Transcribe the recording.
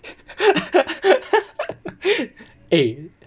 eh